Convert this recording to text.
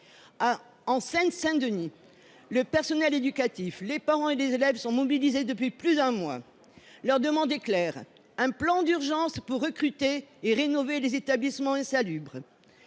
En Seine Saint Denis, par exemple, le personnel éducatif, les parents et les élèves sont mobilisés depuis plus d’un mois. Leur demande est claire : ils souhaitent un plan d’urgence pour recruter et rénover les établissements insalubres.